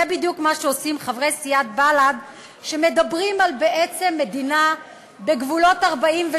זה בדיוק מה שעושים חברי סיעת בל"ד שמדברים על בעצם מדינה בגבולות 48',